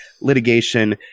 litigation